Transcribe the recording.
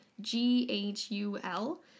G-H-U-L